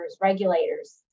regulators